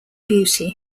beauty